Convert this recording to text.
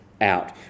out